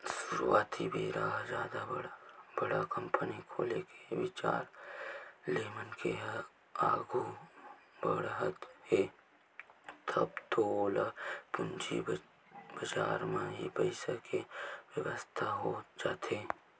सुरुवाती बेरा जादा बड़ कंपनी खोले के बिचार ले मनखे ह आघू बड़हत हे तब तो ओला पूंजी बजार म ही पइसा के बेवस्था हो जाथे